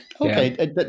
Okay